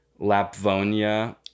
Lapvonia